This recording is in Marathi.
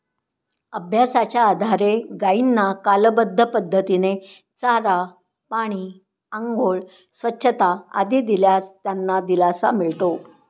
अभ्यासाच्या आधारे गायींना कालबद्ध पद्धतीने चारा, पाणी, आंघोळ, स्वच्छता आदी दिल्यास त्यांना दिलासा मिळतो